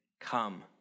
Come